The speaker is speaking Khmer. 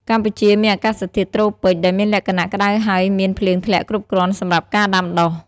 កម្ពុជាមានអាកាសធាតុ ត្រូពិច ដែលមានលក្ខណៈក្តៅហើយមានភ្លៀងធ្លាក់គ្រប់គ្រាន់សម្រាប់ការដាំដុះ។